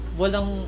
walang